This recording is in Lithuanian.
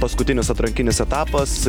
paskutinis atrankinis etapas